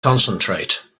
concentrate